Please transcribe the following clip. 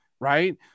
right